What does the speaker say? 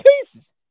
pieces